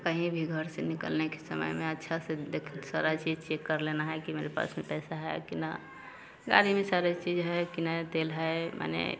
कहीं भी घर से निकलने के समय में अच्छे से देख सारा चीज़ चेक कर लेना है कि मेरे पास पैसा है कि न गाड़ी भी सारा चीज़ है कि न तेल है माने